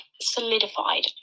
solidified